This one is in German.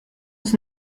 uns